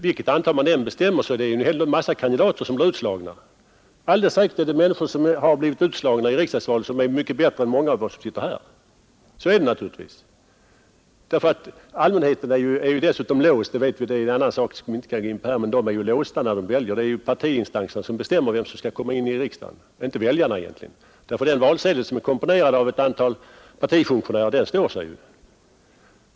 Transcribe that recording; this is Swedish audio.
Vilket antal man än bestämmer sig för blir en massa kandidater utslagna. Alldeles säkert finns det människor som blivit utslagna i riksdagsvalen som är mycket bättre än många av oss som nu sitter här. Allmänheten är dessutom låst — det är en annan sak, som vi inte skall gå in på — när den väljer; det är partiinstanserna som bestämmer vilka som skall komma in i riksdagen, inte väljarna egentligen. Den valsedel som är komponerad av ett antal partifunktionärer står sig.